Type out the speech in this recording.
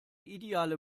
ideale